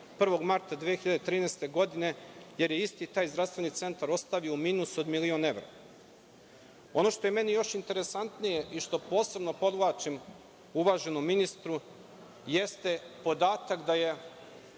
1. marta 2013. godine, jer je isti taj Zdravstveni centar ostavio u minusu od milion evra. Ono što je meni još interesantnije i što posebno podvlačim uvaženom ministru jeste podatak da je